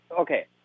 okay